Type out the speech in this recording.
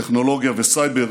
טכנולוגיה וסייבר,